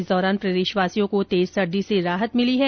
इस दौरान प्रदेशवासियों को तेज सर्दी से राहत मिली है